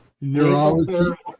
Neurology